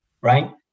right